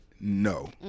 No